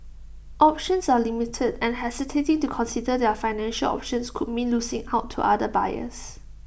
options are limited and hesitating to consider their financial options could mean losing out to other buyers